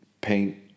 paint